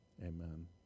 amen